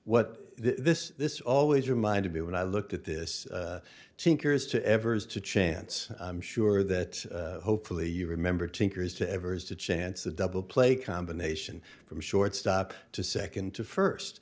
what this this always reminded me of when i looked at this tinker is to evers to chance i'm sure that hopefully you remember tinkers to evers to chance a double play combination from shortstop to second to first